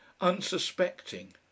unsuspecting